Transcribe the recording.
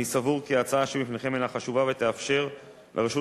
אני סבור כי ההצעה שבפניכם הינה חשובה ותאפשר לרשות